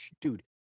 dude